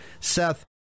Seth